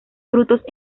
frutos